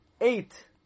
eight